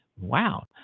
Wow